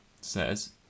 says